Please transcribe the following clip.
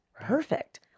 perfect